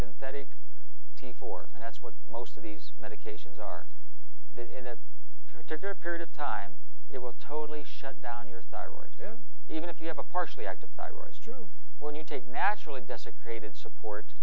synthetic p four and that's what most of these medications are in a particular period of time it will totally shut down your thyroid even if you have a partially active thyroid struve when you take naturally desecrated support